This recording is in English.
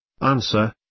Answer